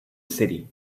city